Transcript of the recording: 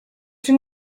czy